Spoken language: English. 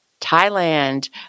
Thailand